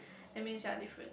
that means ya different